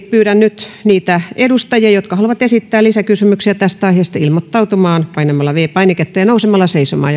pyydän nyt niitä edustajia jotka haluavat esittää lisäkysymyksiä tästä aiheesta ilmoittautumaan painamalla viides painiketta ja nousemalla seisomaan